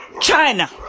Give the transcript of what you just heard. China